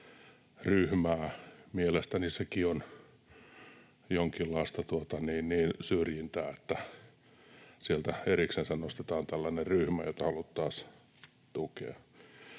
Mielestäni sekin on jonkinlaista syrjintää, että sieltä eriksensä nostetaan tällainen ryhmä, jota haluttaisiin tukea.